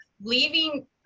leaving